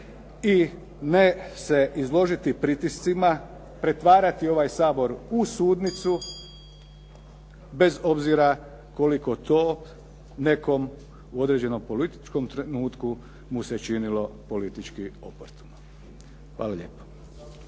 i ne se izložiti pritiscima, pretvarati ovaj Sabor u sudnicu bez obzira koliko to nekome u određenom političkom trenutku mu se činilo politički oportuno. Hvala lijepo.